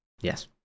Yes